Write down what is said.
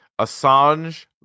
Assange